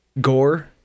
gore